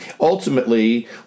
ultimately